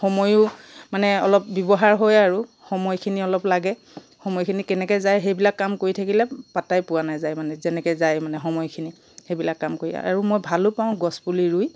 সময়ো মানে অলপ ব্যৱহাৰ হয় আৰু সময়খিনি অলপ লাগে সময়খিনি কেনেকৈ যায় সেইবিলাক কাম কৰি থাকিলে পাত্তাই পোৱা নাযায় মানে যেনেকৈ যায় মানে সময়খিনি সেইবিলাক কাম কৰি আৰু মই ভালো পাওঁ গছপুলি ৰুই